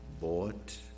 bought